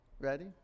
Ready